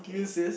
do you insist